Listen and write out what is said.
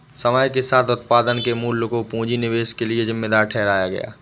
समय के साथ उत्पादन के मूल्य को पूंजी निवेश के लिए जिम्मेदार ठहराया गया